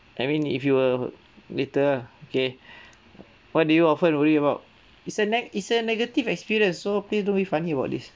I mean if you were later okay what do you often worry about it's a neg~ is a negative experience so please don't be funny about this